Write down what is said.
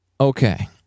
Okay